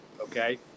Okay